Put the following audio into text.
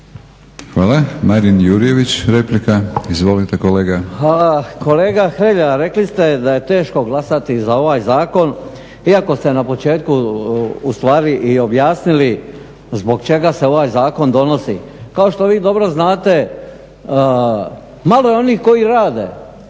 kolega. **Jurjević, Marin (SDP)** Hvala kolega Hrelja. Rekli ste da je teško glasati za ovaj zakon, iako ste na početku u stvari i objasnili zbog čega se ovaj zakon donosi. Kao što vi dobro znate malo je onih koji rade,